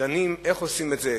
דנים איך עושים את זה.